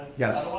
yes,